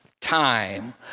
time